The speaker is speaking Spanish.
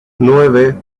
nueve